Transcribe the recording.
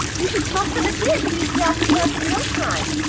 you should smoke some of this. you'd be off the couch in no time.